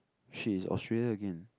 she is Australia again